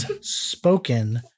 spoken